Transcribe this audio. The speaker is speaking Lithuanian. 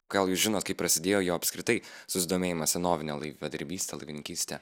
gal jūs žinot kaip prasidėjo jo apskritai susidomėjimas senovine laivadirbyste laivininkyste